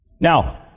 Now